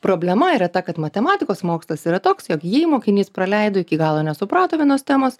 problema yra ta kad matematikos mokslas yra toks jog jei mokinys praleido iki galo nesuprato vienos temos